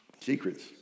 secrets